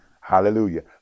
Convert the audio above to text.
hallelujah